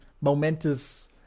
momentous